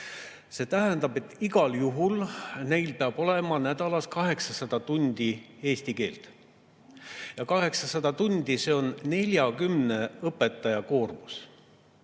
See tähendab, et igal juhul neil peab olema nädalas 800 tundi eesti keelt. Ja 800 tundi, see on 40 õpetaja koormus.